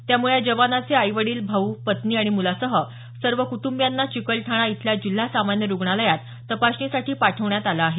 त्यामुळे या जवानाचे आई वडील भाऊ पत्नी आणि मुलासह सर्व कुटुंबियांना चिकलठाणा इथल्या जिल्हा सामान्य रुग्णालयात तपासणीसाठी पाठवण्यात आलं आहे